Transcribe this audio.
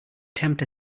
tempt